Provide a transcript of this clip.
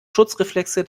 schutzreflexe